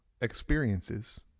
experiences